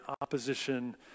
opposition